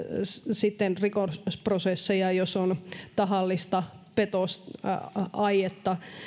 sitten rikosprosesseja jos on tahallista petosaietta